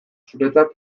zuretzat